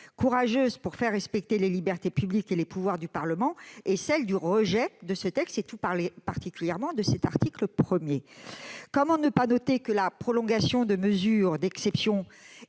courageuse, pour faire respecter les libertés publiques et les pouvoirs du Parlement est donc celle du rejet de ce texte, tout particulièrement de son article 1. Comment ne pas remarquer que la prolongation de mesures d'exception- le texte